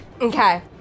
Okay